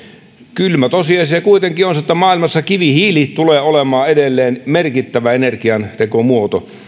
kylmä tosiasia kuitenkin on se että maailmassa kivihiili tulee olemaan edelleen merkittävä energiantekomuoto